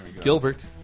Gilbert